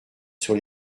sur